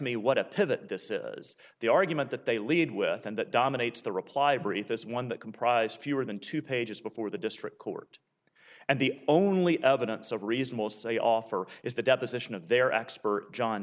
me what a pivot this is the argument that they lead with and that dominates the reply brief is one that comprise fewer than two pages before the district court and the only evidence of reason most they offer is the deposition of their expert john